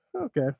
Okay